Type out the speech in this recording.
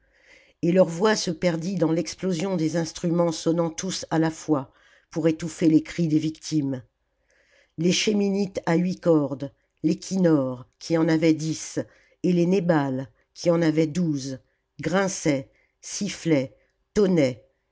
et leur voix se perdit dans l'explosion des instruments sonnant tous à la fois pour étouffer les cris des victimes les scheminiths à huit cordes les kinnors qui en avaient dix et les nebals qui en avaient douze grinçaient sifflaient